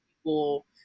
people